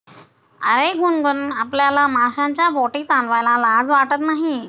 अरे गुनगुन, आपल्याला माशांच्या बोटी चालवायला लाज वाटत नाही